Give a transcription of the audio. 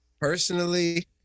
Personally